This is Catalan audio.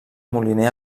moliner